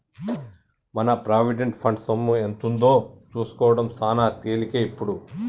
మన provident fund సొమ్ము ఎంతుందో సూసుకోడం సాన తేలికే ఇప్పుడు